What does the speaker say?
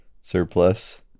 surplus